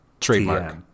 trademark